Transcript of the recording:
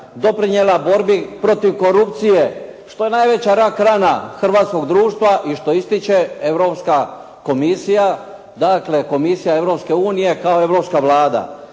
doprinijela borbi protiv korupcije što je najveća rak rana hrvatskog društva i što ističe Europska komisija dakle komisija Europske unije kao europska Vlada.